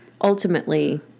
ultimately